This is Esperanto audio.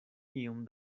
iom